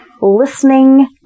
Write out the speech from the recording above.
listening